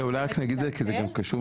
את ההיטל- -- אולי חשוב שנגיד כי זה קשור,